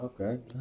Okay